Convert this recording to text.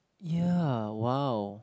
ya !wah!